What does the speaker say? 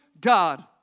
God